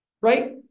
right